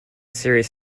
series